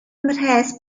mhres